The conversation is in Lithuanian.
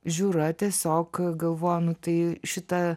žiūra tiesiog galvojo nu tai šitą